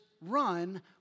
run